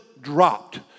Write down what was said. dropped